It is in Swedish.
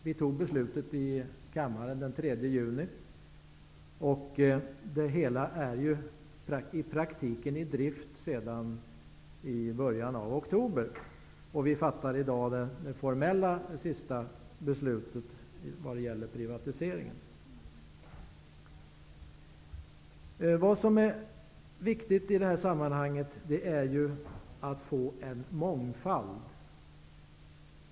Vi tog beslutet i kammaren den 3 juni, och det hela är ju i praktiken i drift sedan början av oktober. Vi fattar i dag det formella sista beslutet vad gäller privatiseringen. Vad som är viktigt i detta sammanhang är ju att få till stånd en mångfald.